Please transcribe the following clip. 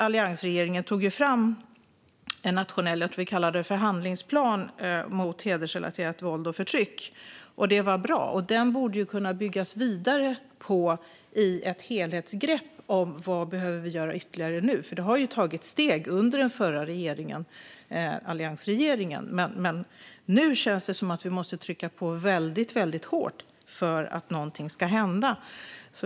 Alliansregeringen tog fram en nationell handlingsplan mot hedersrelaterat våld och förtryck - jag tror att vi kallade den för det. Det var bra. Man borde kunna bygga vidare på den om man tar ett helhetsgrepp om vad ytterligare som behöver göras nu. Alliansregeringen tog steg framåt, men nu känns det som att vi måste trycka på väldigt hårt för att någonting ska hända.